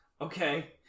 Okay